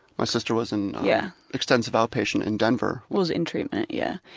my sister was in yeah extensive outpatient in denver. was in treatment, yeah.